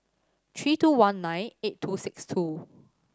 three two one nine eight two six two